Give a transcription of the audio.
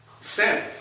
sin